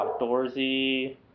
outdoorsy